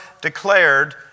declared